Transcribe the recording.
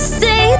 say